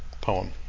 poem